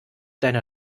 deiner